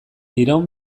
iraun